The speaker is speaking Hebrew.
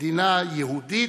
כמדינה יהודית,